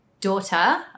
daughter